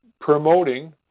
promoting